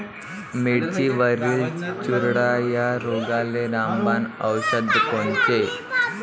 मिरचीवरील चुरडा या रोगाले रामबाण औषध कोनचे?